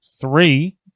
three